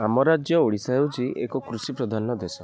ଆମ ରାଜ୍ୟ ଓଡ଼ିଶା ହେଉଚି ଏକ କୃଷି ପ୍ରଧାନ ଦେଶ